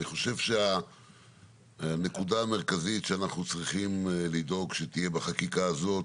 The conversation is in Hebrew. אני חושב שהנקודה המרכזית שאנחנו צריכים לדאוג שתהיה בחקיקה הזאת